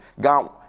God